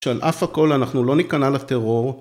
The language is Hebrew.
שעל אף הכל אנחנו לא נכנע לטרור